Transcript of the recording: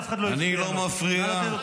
אף אחד לא הפריע לו.